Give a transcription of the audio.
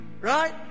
right